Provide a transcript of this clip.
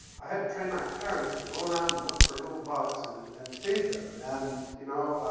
i had to train my parents to go around and look for little bugs and and and feed them. and, you know,